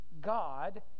God